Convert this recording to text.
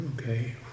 Okay